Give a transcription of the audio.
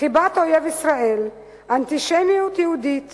חיבת אויב ישראל, אנטישמיות יהודית